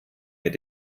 mit